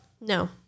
No